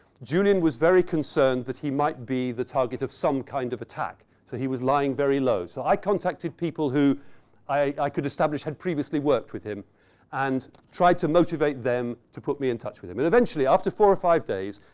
julian was very concerned that he might be the target of some kind of attack. so he was lying very low. so i contacted people who i could establish had previously worked with him and tried to motivate them to put me in touch with him. and eventually, after four or five days,